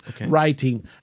writing